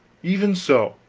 even so!